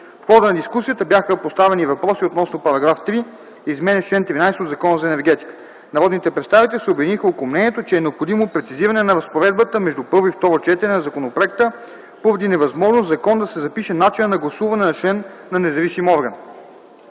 В хода на дискусията бяха поставени въпроси относно § 3, изменящ чл. 13 от Закона за енергетиката. Народните представители се обединиха около мнението, че е необходимо прецизиране на разпоредбата между първо и второ четене на законопроекта, поради невъзможност в закон да се запише начина на гласуване на член на независим орган.